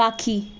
পাখি